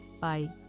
Bye